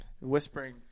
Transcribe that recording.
whispering